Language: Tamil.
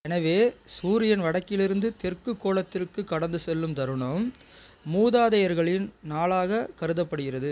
எனவே சூரியன் வடக்கிலிருந்து தெற்குக் கோளத்திற்கு கடந்து செல்லும் தருணம் மூதாதையர்களின் நாளாக கருதப்படுகிறது